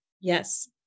Yes